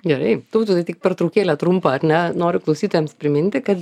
gerai tautvydai tik pertraukėlę trumpą ar ne noriu klausytojams priminti kad